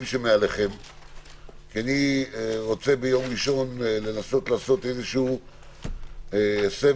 שמעליכם כי אני רוצה ביום ראשון לקיים סבב,